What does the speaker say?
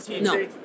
No